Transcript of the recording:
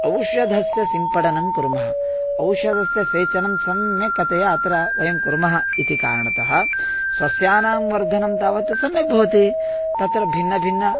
औषधस्य सिंपडनं कुर्मः औषधस्य सेचनं सम्यक् अतः अत्र वयं कुर्मः इति कारणतः सस्यानां वर्धनं तावत् सम्यक् भवति तत्र भिन्न भिन्न